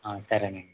సరేనండి